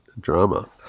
drama